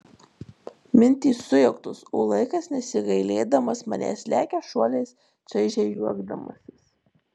mintys sujauktos o laikas nesigailėdamas manęs lekia šuoliais čaižiai juokdamasis